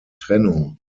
trennung